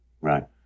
Right